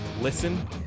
Listen